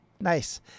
Nice